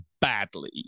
badly